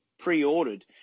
pre-ordered